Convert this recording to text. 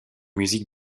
musique